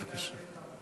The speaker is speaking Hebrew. בבקשה.